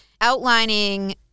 outlining